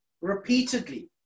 repeatedly